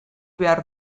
behar